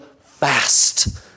fast